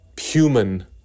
human